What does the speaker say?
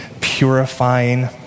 purifying